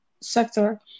sector